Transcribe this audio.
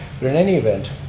but in any event,